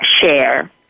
share